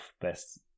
best